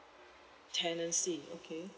tenancy okay